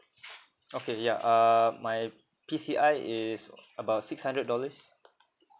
okay yeah err my P_C_I is about six hundred dollars